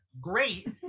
Great